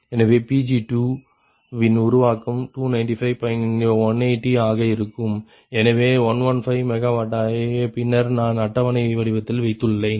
எனவே Pg2 வின் உருவாக்கம் 295 180 ஆக இருக்கும் எனவே 115MW ஐ பின்னர் நான் அட்டவணை வடிவத்தில் வைத்துள்ளேன்